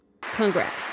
congrats